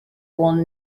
will